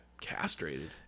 castrated